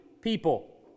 people